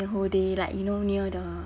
the whole day like you know near the